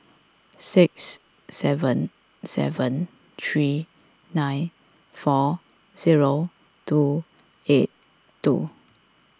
six seven seven three nine four zero two eight two